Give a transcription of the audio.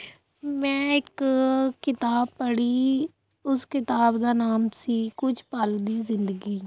ਮੈਂ ਇੱਕ ਕਿਤਾਬ ਪੜ੍ਹੀ ਉਸ ਕਿਤਾਬ ਦਾ ਨਾਮ ਸੀ ਕੁਝ ਪਲ ਦੀ ਜ਼ਿੰਦਗੀ